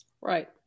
Right